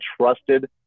trusted